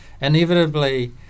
inevitably